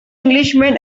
englishman